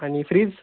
आणि फ्रीज